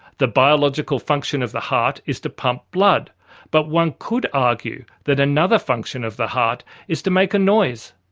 the biological function of the heart is to pump blood but one could argue that another function of the heart is to make a noise.